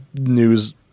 news